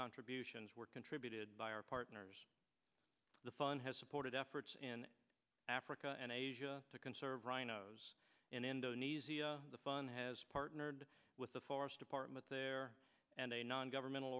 contributions were contributed by our partners the fund has supported efforts in africa and asia to conserve rhinos in indonesia the fund has partnered with the forest department there and a non governmental